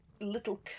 little